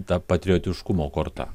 ta patriotiškumo korta